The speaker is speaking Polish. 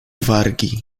wargi